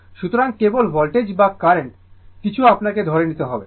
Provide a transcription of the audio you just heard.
সুতরাং কেবল ভোল্টেজ বা কারেন্ট কিছু আপনাকে ধরে নিতে হবে